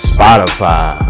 Spotify